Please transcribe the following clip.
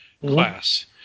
class